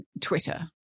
Twitter